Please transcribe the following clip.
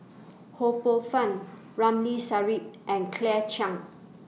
Ho Poh Fun Ramli Sarip and Claire Chiang